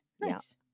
Nice